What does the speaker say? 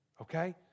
okay